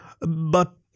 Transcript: But